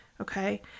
Okay